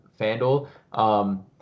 Fanduel